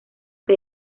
que